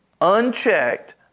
unchecked